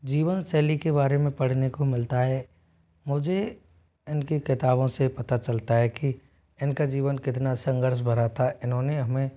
जीवनशैली के बारे में पढ़ने को मिलता है मुझे इनकी किताबों से पता चलता है कि इनका जीवन कितना संघर्ष भरा था इन्होंने हमें